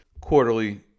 quarterly